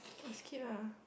must keep lah